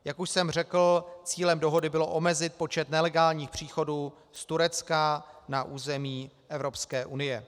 Jak už jsem řekl, cílem dohody bylo omezit počet nelegálních příchodů z Turecka na území Evropské unie.